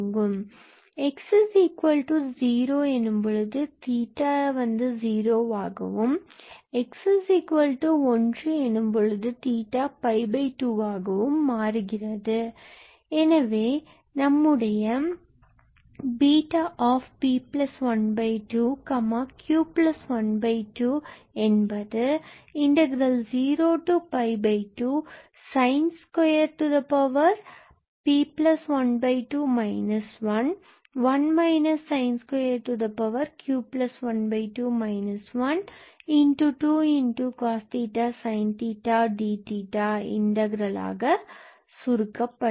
x0 எனும்போது 𝜃0 என மாறும் மற்றும் x1 எனும்போது 𝜃𝜋2 என மாறும் எனவே நம்முடைய Βp12q12 எனும் 02sin2p12 1 q12 12sin𝜃cos𝜃𝑑𝜃 இந்த இன்டர்கிரல் ஆக சுருக்க படுகிறது